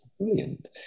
brilliant